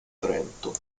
trento